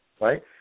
right